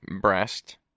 breast